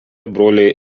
broliai